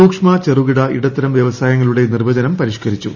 സൂക്ഷ്മ ചെറുകിട ഇടത്തരം വ്യവസായങ്ങളുടെ നിർവചനം പരിഷ്ക്കരിച്ചു